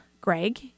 Greg